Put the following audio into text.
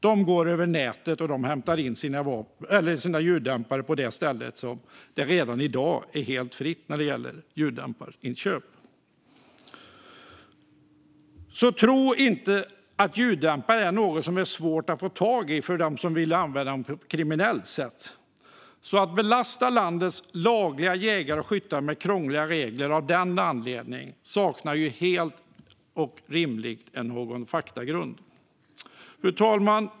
De går över nätet och hämtar in sina ljuddämpare på de ställen där det redan i dag är helt fritt när det gäller ljuddämparinköp. Tro alltså inte att ljuddämpare är något som är svårt att få tag i för dem som vill använda dem på ett kriminellt sätt. Att belasta landets lagliga jägare och skyttar med krångliga regler av den anledningen saknar helt rimlig faktagrund. Fru talman!